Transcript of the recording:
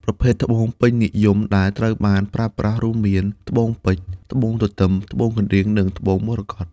ប្រភេទត្បូងពេញនិយមដែលត្រូវបានប្រើប្រាស់រួមមាន ត្បូងពេជ្រ ត្បូងទទឹម ត្បូងកណ្ដៀង និងត្បូងមរកត។